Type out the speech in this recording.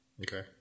Okay